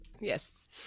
Yes